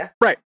Right